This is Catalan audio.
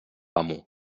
amo